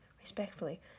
respectfully